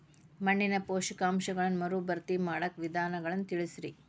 ಮಣ್ಣಿನ ಪೋಷಕಾಂಶಗಳನ್ನ ಮರುಭರ್ತಿ ಮಾಡಾಕ ವಿಧಾನಗಳನ್ನ ತಿಳಸ್ರಿ